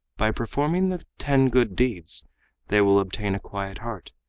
by performing the ten good deeds they will obtain a quiet heart,